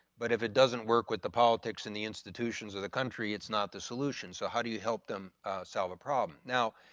but if it doesn't work with the politics and the institutions of the country it's not the solution. so how do you help them solve a problem? now,